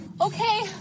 Okay